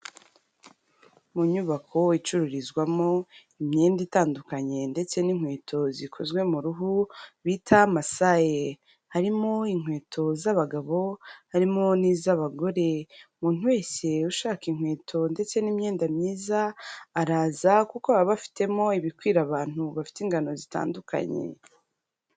Mu nyubako icururizwamo imyenda itandukanye ndetse n'inkweto zikozwe mu ruhu, bita masaye, harimo inkweto z'abagabo, harimo n'iz'abagore. Umuntu wese ushaka inkweto ndetse n'imyenda myiza, araza kuko baba bafitemo ibikwira abantu bafite ingano zitandukanye.